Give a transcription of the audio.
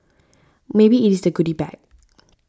maybe it is the goody bag